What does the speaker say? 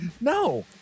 no